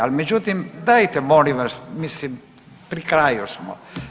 Ali međutim, dajte molim vas mislim pri kraju smo.